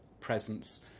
presence